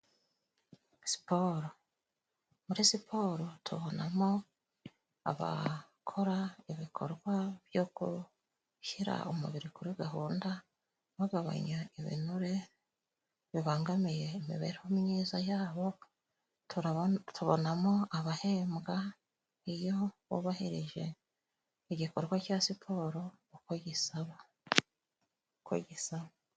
Siporo. Muri siporo tubonamo abakora ibikorwa byo gushyira umubiri kuri gahunda bagabanya ibinure bibangamiye imibereho myiza yabo tubonamo abahembwa iyo bubahirije igikorwa cya siporo uka gisaba ko gisaba.